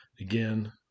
Again